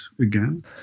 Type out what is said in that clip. again